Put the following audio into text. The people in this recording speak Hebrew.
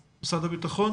הביטחון.